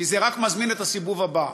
כי זה רק מזמין את הסיבוב הבא.